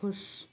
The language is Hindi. ख़ुश